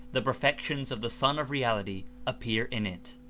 the perfections of the sun of reality appear in it.